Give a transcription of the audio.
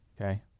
okay